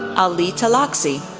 ali talaksi,